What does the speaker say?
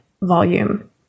volume